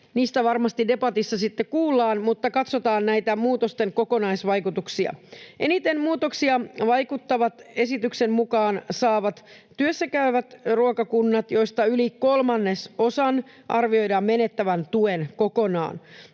Niistä varmasti debatissa sitten kuullaan, mutta katsotaan näitä muutosten kokonaisvaikutuksia. Eniten muutoksia vaikuttavat esityksen mukaan saavan työssäkäyvät ruokakunnat, joista yli kolmasosan arvioidaan menettävän tuen kokonaan.